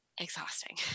exhausting